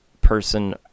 person